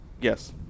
Yes